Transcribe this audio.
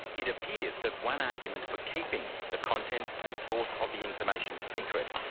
it appears that one argument for keeping the contents and source of the information secret,